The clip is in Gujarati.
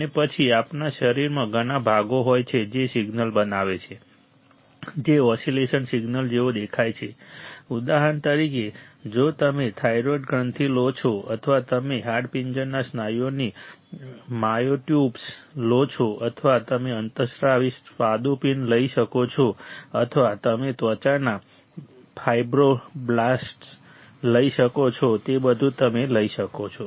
અને પછી આપણા શરીરમાં ઘણા ભાગો હોય છે જે એક સિગ્નલ બનાવે છે જે ઓસિલેશન સિગ્નલ જેવો દેખાય છે ઉદાહરણ તરીકે જો તમે થાઇરોઇડ ગ્રંથિ લો છો અથવા તમે હાડપિંજરના સ્નાયુઓની માયોટ્યુબ્સ લો છો અથવા તમે અંતઃસ્ત્રાવી સ્વાદુપિંડ લઈ શકો છો અથવા તમે ત્વચાના ફાઇબ્રોબ્લાસ્ટ્સ લઈ શકો છો તે બધું તમે લઈ શકો છો